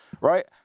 right